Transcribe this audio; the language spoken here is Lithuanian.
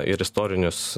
ir istorinius